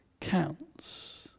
counts